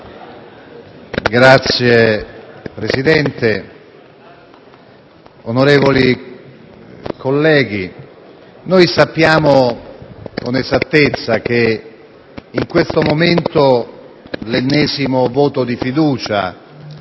Signor Presidente, onorevoli colleghi, sappiamo con esattezza che in questo momento l'ennesimo voto di fiducia